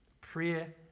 prayer